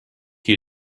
you